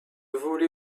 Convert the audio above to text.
voler